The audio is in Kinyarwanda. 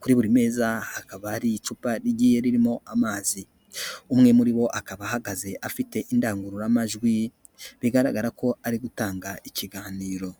Kuri buri mezi, hakaba hari icupa rigiye ririmo amazi. Umwe muri bo akaba ahagaze afite indangururamajwi, bigaragara ko ari gutanga ikiganiro.